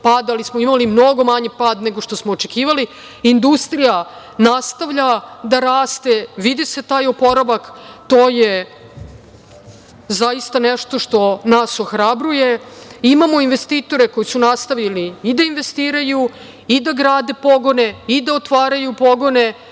pad, ali smo imali mnogo manji pad nego što smo očekivali. Industrija nastavlja da raste, vidi se taj oporavak. To je zaista nešto što nas ohrabruje. Imamo investitore koji su nastavili i da investiraju i da grade pogone i da otvaraju pogone.